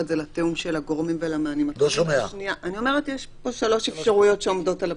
יש שלוש אפשרויות.